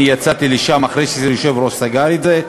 אני יצאתי לשם אחרי שהיושב-ראש סגר את זה,